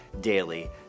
daily